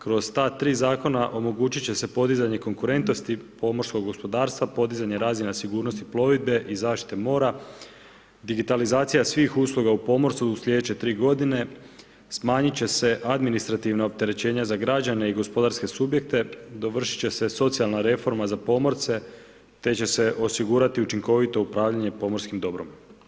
Kroz ta tri Zakona omogućit će se podizanje konkurentnosti pomorskog gospodarstva, podizanje razina sigurnosti plovidbe i zaštite mora, digitalizacija svih usluga u pomorstvu u sljedeće tri godine, smanjit će se administrativno opterećenje za građane i gospodarske subjekte, dovršit će se socijalna reforma za pomorce, te će se osigurati učinkovito upravljanje pomorskim dobrom.